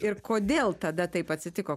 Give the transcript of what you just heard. ir kodėl tada taip atsitiko